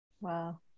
wow